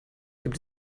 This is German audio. gibt